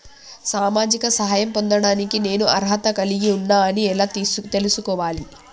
సామాజిక సహాయం పొందడానికి నేను అర్హత కలిగి ఉన్న అని ఎలా తెలుసుకోవాలి?